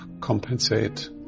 compensate